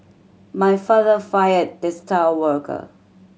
my father fired the star worker